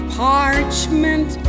parchment